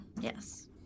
yes